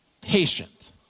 patient